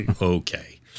Okay